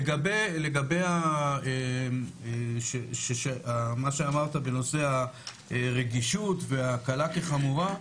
לגבי מה שאמרת בנושא הרגישות והקלה כחמורה,